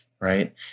right